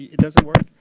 it doesn't work?